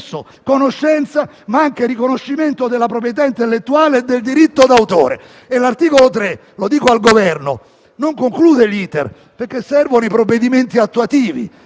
conoscenza, ma anche riconoscimento della proprietà intellettuale e del diritto d'autore. L'articolo 3 del provvedimento - lo dico al Governo - non conclude l'*iter,* perché servono i provvedimenti attuativi.